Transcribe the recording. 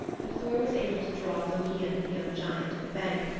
but thor was able to draw loki and the young giant to the bank,